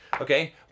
okay